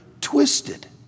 twisted